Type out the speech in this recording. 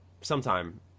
Sometime